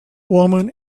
woman